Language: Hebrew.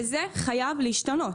וזה חייב להשתנות.